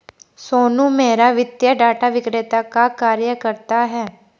सोनू मेहरा वित्तीय डाटा विक्रेता का कार्य करता है